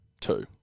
two